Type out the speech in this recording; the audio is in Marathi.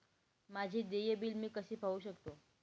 माझे देय बिल मी कसे पाहू शकतो?